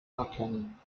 erkennen